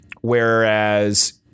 whereas